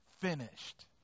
finished